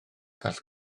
gall